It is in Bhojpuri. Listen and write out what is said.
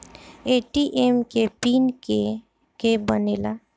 ए.टी.एम के पिन के के बनेला?